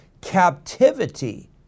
captivity